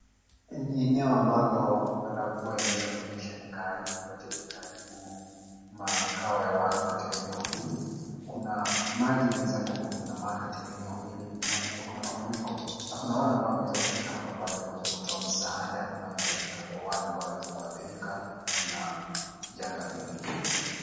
Ni eneo ambalo huenda mvua iliweza kunyesha na ikaharibu makao ya watu. Katika eneo hili kuna maji imeweza kunamaa katika eneo hili ndio maana kuna mafuriko na kuna wale ambao wameweza kufika hapa kwa ajili ya kuweza kutoa msaada unaohitajika kwa wale ambao waliweza kuadhirika na janga hili.